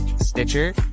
Stitcher